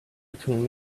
between